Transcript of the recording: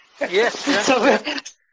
Yes